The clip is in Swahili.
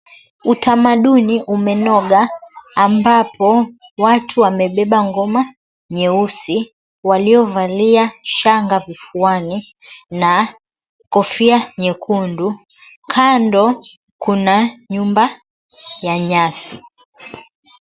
Utamaduni umenoga ambapo watu wamebeba ngoma nyeusi, waliovalia shanga vifuani na kofia nyekundu. Kando kuna nyumba ya nyasi.